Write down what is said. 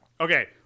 Okay